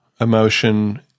emotion